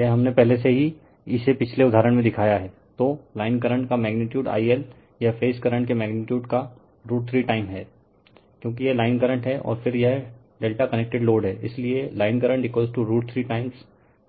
यह हमने पहले से ही इसे पिछले उदहारण में दिखाया हैं तो लाइन करंट का मैग्नीटीयूड IL यह फेज करंट के मैग्नीटीयूड का √3 टाइम हैं क्योकि यह लाइन करंट हैं और फिर यह ∆ कनेक्टेड लोड हैं इसलिए लाइन करंट √ 3 टाइम